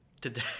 Today